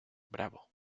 bravo